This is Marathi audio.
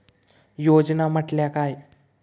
योजना म्हटल्या काय?